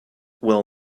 will